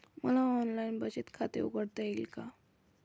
मला ऑनलाइन बचत खाते उघडता येईल का?